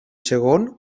segon